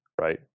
right